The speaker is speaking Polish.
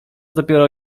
dopiero